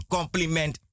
Compliment